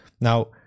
Now